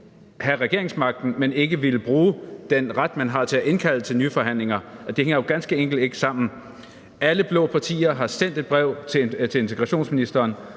have regeringsmagten, men ikke vil bruge den ret, man har til at indkalde til nye forhandlinger. Det hænger jo ganske enkelt ikke sammen. Alle blå partier har sendt et brev til integrationsministeren